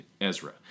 Ezra